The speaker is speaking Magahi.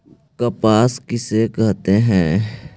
कपास किसे कहते हैं?